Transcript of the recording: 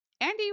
Andy